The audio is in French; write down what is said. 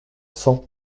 cent